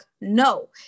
no